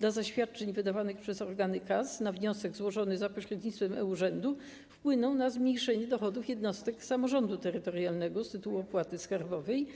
dla zaświadczeń wydawanych przez organy KAS na wniosek złożony za pośrednictwem e-urzędu wpłyną na zmniejszenie dochodów jednostek samorządu terytorialnego z tytułu opłaty skarbowej.